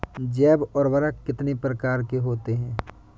जैव उर्वरक कितनी प्रकार के होते हैं?